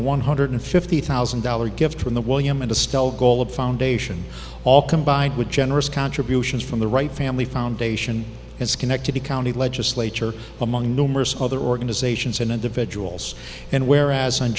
a one hundred fifty thousand dollars gift from the william and a stele goal of foundation all combined with generous contributions from the right family foundation and schenectady county legislature among numerous other organizations and individuals and where as on